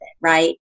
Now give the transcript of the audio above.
right